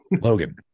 logan